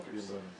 יש סיבובים